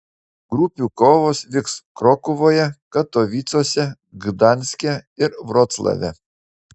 grupių kovos vyks krokuvoje katovicuose gdanske ir vroclave